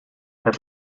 het